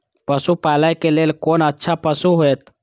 पशु पालै के लेल कोन अच्छा पशु होयत?